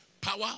power